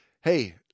hey